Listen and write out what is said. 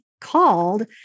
called